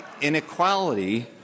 inequality